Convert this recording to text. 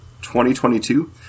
2022